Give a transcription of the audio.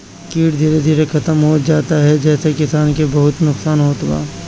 कीट धीरे धीरे खतम होत जात ह जेसे किसान के बहुते नुकसान होत बा